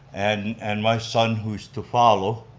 and and my son, who's to follow,